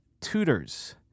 tutors